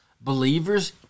Believers